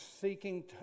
Seeking